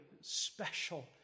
special